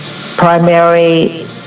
primary